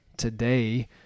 today